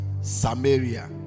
samaria